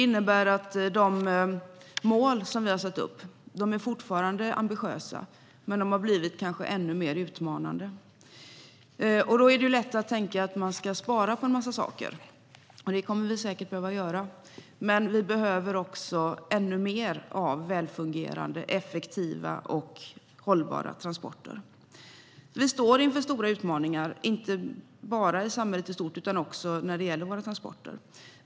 De mål som vi har satt upp är fortfarande ambitiösa, men de har blivit kanske ännu mer utmanande. Då är det lätt att tänka att man ska spara på en massa saker. Det kommer vi säkert att behöva göra. Men vi behöver också ännu mer av väl fungerande, effektiva och hållbara transporter. Vi står inför stora utmaningar, inte bara i samhället i stort utan också när det gäller våra transporter.